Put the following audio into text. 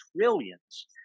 trillions